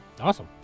Awesome